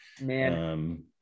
Man